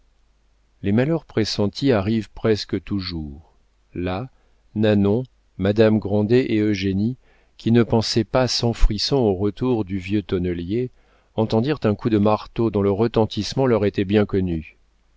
les malheurs pressentis arrivent presque toujours là nanon madame grandet et eugénie qui ne pensaient pas sans frisson au retour du vieux tonnelier entendirent un coup de marteau dont le retentissement leur était bien connu